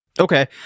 Okay